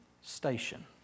station